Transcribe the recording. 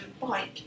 Bike